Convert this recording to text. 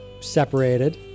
separated